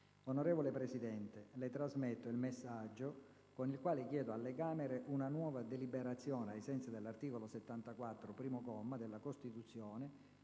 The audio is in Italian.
«Onorevole Presidente, Le trasmetto il messaggio con il quale chiedo alle Camere una nuova deliberazione, ai sensi dell'articolo 74, primo comma, della Costituzione,